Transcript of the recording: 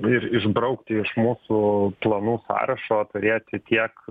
ir išbraukti iš mūsų planų sąrašo turėjote tiek